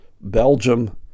Belgium